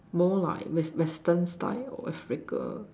more like Western western style or Africa